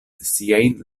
siajn